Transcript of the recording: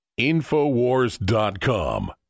InfoWars.com